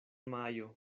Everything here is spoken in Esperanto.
majo